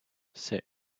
six